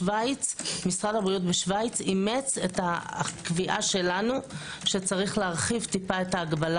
משרד הבריאות בשוויץ אימץ את הקביעה שלנו שיש להרחיב טיפה את ההגבלה